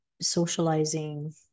socializing